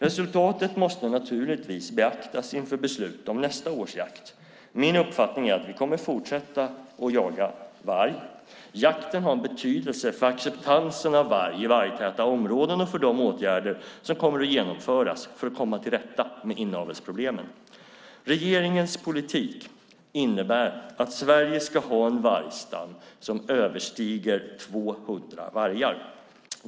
Resultatet måste naturligtvis beaktas inför beslut om nästa års jakt. Min uppfattning är att vi kommer att fortsätta jaga varg. Jakten har en betydelse för acceptansen av varg i vargtäta områden och för de åtgärder som kommer att genomföras för att komma till rätta med inavelsproblemen. Regeringens politik innebär att Sverige ska ha en vargstam som överstiger 200 vargar.